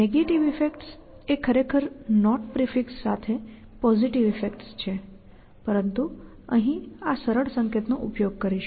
negative effects એ ખરેખર NOT prefix સાથે પોઝિટિવ ઇફેક્ટ્સ છે પરંતુ અહીં આ સરળ સંકેતનો ઉપયોગ કરશું